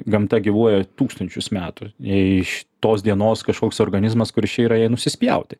gamta gyvuoja tūkstančius metų iš tos dienos kažkoks organizmas kuris čia yra nusispjauti